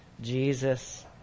Jesus